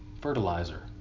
Fertilizer